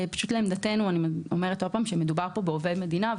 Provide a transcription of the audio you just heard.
לעמדתנו מדובר בעובד מדינה,